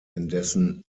indessen